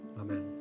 Amen